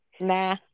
nah